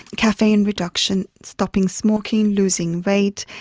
caffeine reduction, stopping smoking, losing weight,